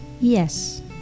Yes